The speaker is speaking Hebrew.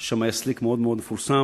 היה שם סליק מפורסם,